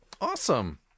Awesome